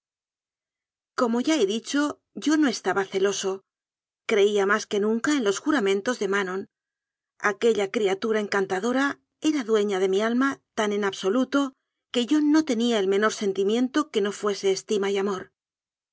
como ya he dicho yo no estaba celoso creía más que nunca en los juramentos de manon aque lla criatura encantadora era dueña de mi alma tan en absoluto que yo no tenía el menor sentimiento que no fuese estima y amor